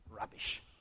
Rubbish